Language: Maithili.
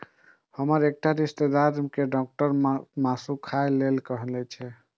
हमर एकटा रिश्तेदार कें डॉक्टर मासु खाय लेल कहने छै